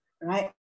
right